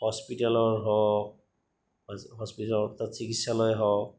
হস্পিটেলৰ হওক হস্পিটেলৰ তাত চিকিৎসালয় হওক